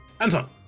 Anton